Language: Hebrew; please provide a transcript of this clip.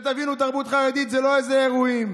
תבינו, תרבות חרדית זה לא איזה אירועים.